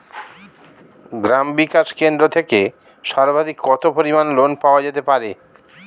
গ্রাম বিকাশ কেন্দ্র থেকে সর্বাধিক কত পরিমান লোন পাওয়া যেতে পারে?